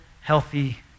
healthy